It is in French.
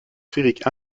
sphérique